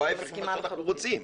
הוא ההפך כמעט ממה שאנחנו רוצים.